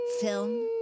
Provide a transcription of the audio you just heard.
film